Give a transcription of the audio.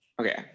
okay